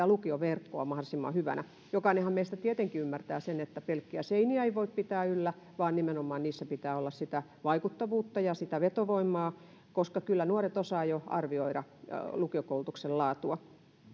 lukioverkkoa mahdollisimman hyvänä jokainenhan meistä tietenkin ymmärtää sen että pelkkiä seiniä ei voi pitää yllä vaan nimenomaan niissä pitää olla sitä vaikuttavuutta ja sitä vetovoimaa koska kyllä nuoret osaavat jo arvioida lukiokoulutuksen laatua